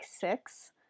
six